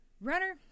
Runner